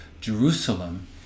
Jerusalem